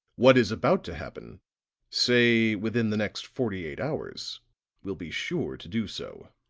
what is about to happen say within the next forty-eight hours will be sure to do so.